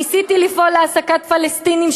ניסיתי לפעול להעסקת פלסטינים,